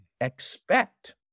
expect